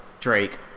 Drake